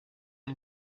une